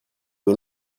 nur